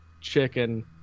chicken